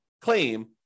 claim